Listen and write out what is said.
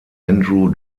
andrew